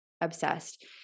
obsessed